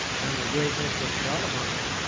and greatness of charlemagne,